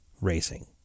racing